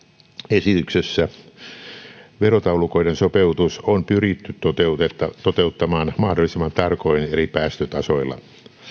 esityksessä verotaulukoiden sopeutus on pyritty toteuttamaan mahdollisimman tarkoin eri päästötasoilla